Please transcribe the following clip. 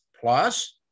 Plus